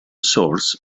source